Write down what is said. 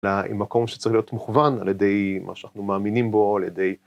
מקום שצריך להיות מוכוון על ידי מה שאנחנו מאמינים בו על ידי.